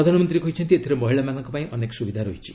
ପ୍ରଧାନମନ୍ତ୍ରୀ କହିଛନ୍ତି ଏଥିରେ ମହିଳାମାନଙ୍କ ପାଇଁ ଅନେକ ସୁବିଧା ରହିଛି